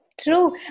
True